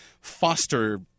foster